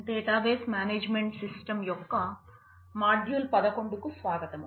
database management system యొక్క module పదకొండుకు స్వాగతం